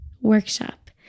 workshop